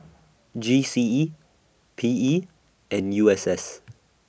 G C E P E and U S S